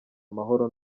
amahoro